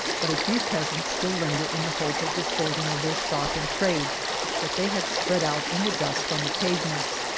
but a few peasants still linger in the hope of disposing of their stock in trade that they have spread out in the dust on the pavements.